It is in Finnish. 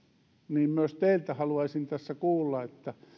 haluaisin myös teiltä kuulla